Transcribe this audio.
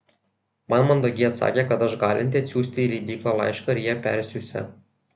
man mandagiai atsakė kad aš galinti atsiųsti į leidyklą laišką ir jie persiųsią